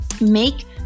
make